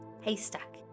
haystack